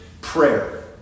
prayer